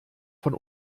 von